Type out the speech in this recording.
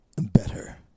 better